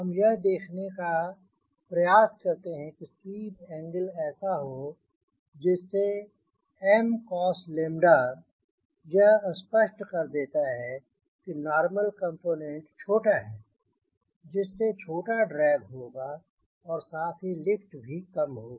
हम यह देखने का प्रयास करते हैं कि स्वीप एंगेल ऐसा हो जिससे 𝑀𝑐𝑜𝑠𝛬 यह स्पष्ट कर देता है कि नॉर्मल कंपोनेंट छोटा है जिससे छोटा ड्रैग होगा और साथ ही लिफ्ट भी कम होगी